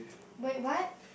wait what